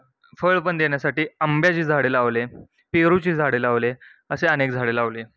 फळ पण देण्यासाठी आंब्याची झाडे लावले पेरूची झाडे लावले असे अनेक झाडे लावले